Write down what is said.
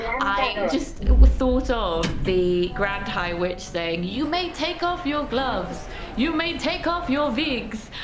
i just thought of the grand high witch saying you may take off your gloves you may take off your wigs!